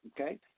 Okay